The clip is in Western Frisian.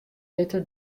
witte